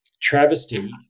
travesty